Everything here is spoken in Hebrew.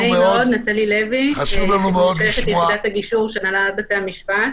אני מייצגת את הנהלת הגישור של הנהלת בתי המשפט.